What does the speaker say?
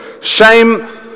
shame